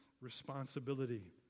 responsibility